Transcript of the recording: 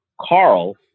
Carl